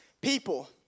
people